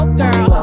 girl